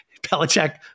Belichick